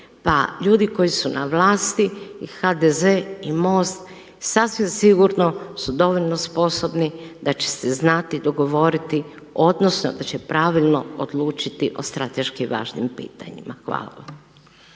ljudi koji su na vlast i HDZ-e i Most sasvim sigurno su dovoljno sposobni da će se znati dogovoriti odnosno da će pravilno odlučiti o strateški važnim pitanjima. Hvala vam.